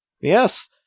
Yes